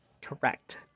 correct